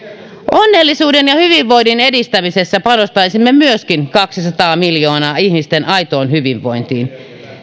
onnellisuuden ja hyvinvoinnin edistämisessä panostaisimme kaksisataa miljoonaa ihmisten aitoon hyvinvointiin